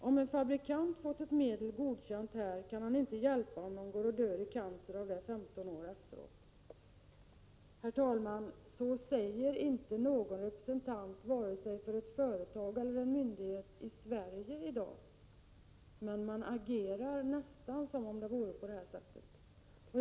Om en fabrikant fått ett medel godkänt här, kan han inte hjälpa om någon dör i cancer av det 15 år efteråt. Herr talman! Så säger inte någon representant för vare sig ett företag eller en myndighet i Sverige i dag, men man agerar nästan som om det vore på det här sättet.